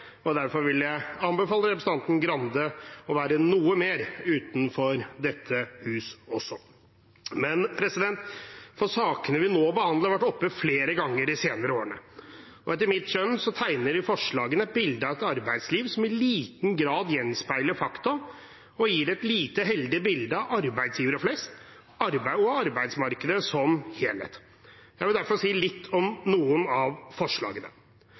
og derfor vil jeg anbefale representanten Grande å være noe mer utenfor dette huset også. Sakene vi nå behandler, har vært oppe flere ganger de senere årene. Etter mitt skjønn tegner forslagene et bilde av et arbeidsliv som i liten grad gjenspeiler fakta, og gir et lite heldig bilde av arbeidsgivere flest, arbeid og arbeidsmarkedet som helhet. Jeg vil derfor si litt om noen av forslagene.